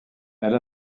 elle